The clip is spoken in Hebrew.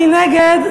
מי נגד?